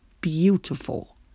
beautiful